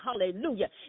hallelujah